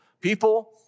people